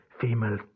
female